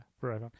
right